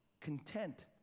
content